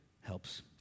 helps